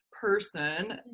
person